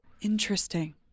Interesting